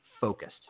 focused